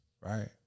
Right